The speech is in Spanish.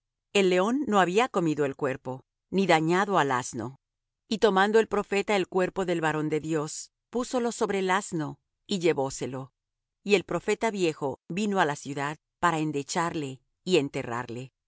el león no había comido el cuerpo ni dañado al asno y tomando el profeta el cuerpo del varón de dios púsolo sobre el asno y llevóselo y el profeta viejo vino á la ciudad para endecharle y enterrarle